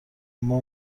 اما